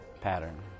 pattern